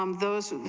um those